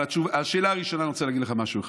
על השאלה הראשונה אני רוצה להגיד לך משהו אחד: